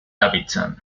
davidson